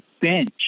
bench